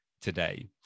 today